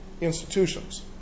institutions